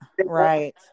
right